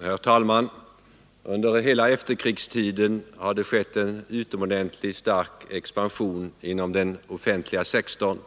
Herr talman! Under hela efterkrigstiden har det skett en utomordentligt stark expansion inom den offentliga sektorn